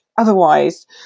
otherwise